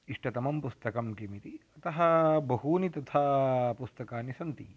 इष्टतमं पुस्तकं किम् इति अतः बहूनि तथा पुस्तकानि सन्ति